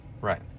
Right